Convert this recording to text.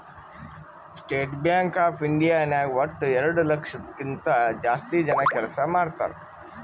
state Bank of India ನಾಗ್ ವಟ್ಟ ಎರಡು ಲಕ್ಷದ್ ಕಿಂತಾ ಜಾಸ್ತಿ ಜನ ಕೆಲ್ಸಾ ಮಾಡ್ತಾರ್